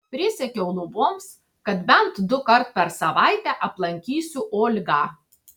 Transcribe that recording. prisiekiau luboms kad bent dukart per savaitę aplankysiu olgą